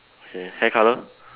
okay hair colour